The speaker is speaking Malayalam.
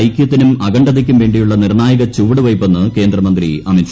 ഐകൃത്തിനും അഖണ്ട്ഡ്ത്യ്ക്കും വേണ്ടിയുള്ള നിർണായക ചുവടു വയ്പെന്ന് കേന്ദ്രമന്ത്രി ്അമിത്ഷാ